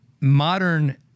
modern